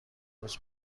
روز